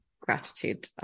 Gratitude